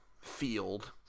field